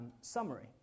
summary